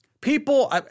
people